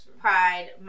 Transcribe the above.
pride